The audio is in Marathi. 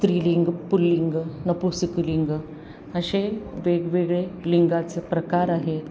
स्त्रीलिंग पुल्लिंग नपुसकलिंग असे वेगवेगळे लिंगाचं प्रकार आहेत